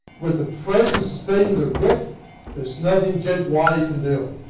with the president suspending the writ there is nothing judge wylie can do.